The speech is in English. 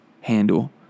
handle